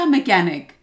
Mechanic